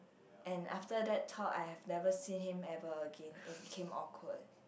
and after that talk I have never seen him ever again it became awkward